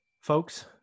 Folks